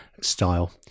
style